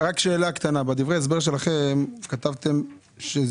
רק שאלה קטנה: בדברי ההסבר שלכם כתבת שזה